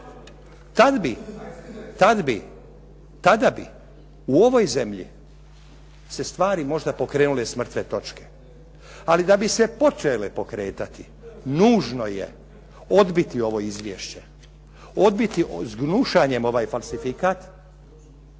bit će novaca. Kada bi u ovoj zemlji se stvari možda pokrenule s mrtve točke, ali da bi se počele pokretati nužno je odbiti ovo izvješće, odbiti s gnušanjem ovaj falsifikat,